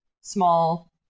small